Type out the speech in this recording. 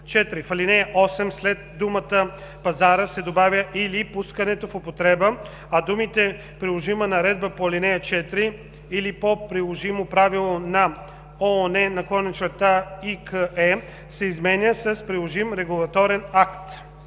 В ал. 8 след думата „пазара“ се добавя „или пускането в употреба“, а думите „приложима наредба по ал. 4 или по приложимо правило на ООН/ИКЕ“ се заменят с „приложим регулаторен акт“.“